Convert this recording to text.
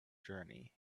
journey